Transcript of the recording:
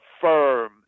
firm